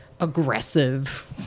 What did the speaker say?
aggressive